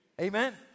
Amen